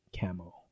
Camo